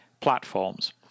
platforms